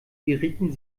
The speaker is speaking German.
gerieten